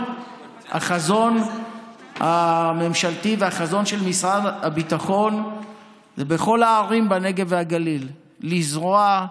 החזון הממשלתי והחזון של משרד הביטחון זה בכל הערים בנגב והגליל: לזרוע,